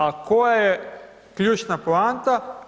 A koja je ključna poanta?